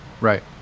right